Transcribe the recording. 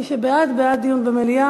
מי שבעד, בעד דיון במליאה.